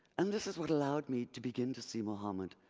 and this is what allowed me to begin to see muhammad,